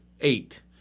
eight